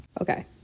Okay